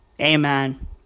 Amen